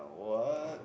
what